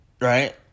Right